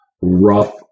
rough